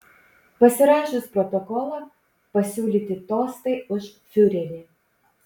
pasirašius protokolą pasiūlyti tostai už fiurerį